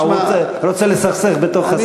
אה, הוא רוצה לסכסך בתוך הסיעה.